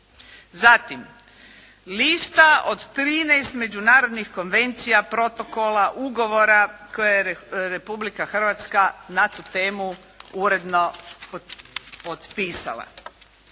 Zatim, lista od 13. međunarodnih konvencija, protokola, ugovora koje Republika Hrvatska na tu temu uredno potpisala.